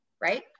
right